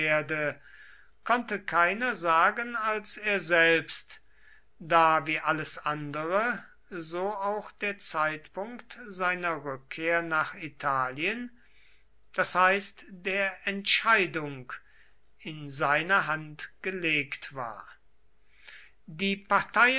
konnte keiner sagen als er selbst da wie alles andere so auch der zeitpunkt seiner rückkehr nach italien das heißt der entscheidung in seine hand gelegt war die parteien